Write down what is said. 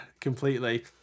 completely